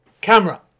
Camera